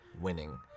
winning